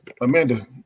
Amanda